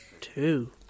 two